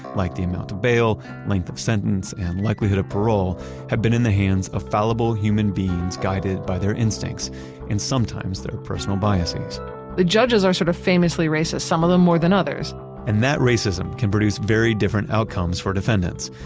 like the amount of bail, length of sentence, and likelihood of parole had been in the hands of fallible human beings guided by their instincts and sometimes their personal biases the judges are sort of famously racist, some of them more than others and that racism can produce very different outcomes for defendants.